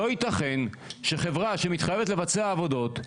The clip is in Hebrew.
לא יתכן שחברה שמתחייבת לבצע עבודות,